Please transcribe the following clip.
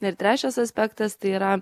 na ir trečias aspektas tai yra